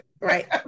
right